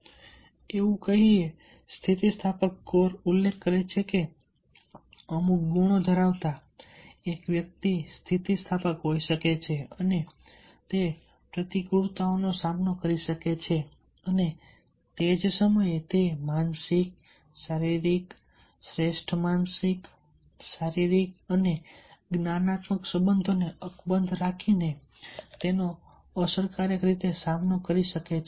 એવું કહીને સ્થિતિસ્થાપકતા કોર ઉલ્લેખ કરે છે કે અમુક ગુણો ધરાવતા એક વ્યક્તિ સ્થિતિસ્થાપક હોઈ શકે છે અને તે પ્રતિકૂળતાઓનો સામનો કરી શકે છે અને તે જ સમયે તે માનસિક શારીરિક શ્રેષ્ઠ માનસિક શારીરિક અને જ્ઞાનાત્મક સંસાધનોને અકબંધ રાખીને તેનો અસરકારક રીતે સામનો કરી શકે છે